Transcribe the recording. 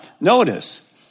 notice